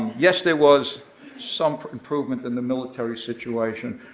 yes there was some improvement in the military situation,